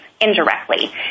indirectly